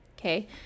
Okay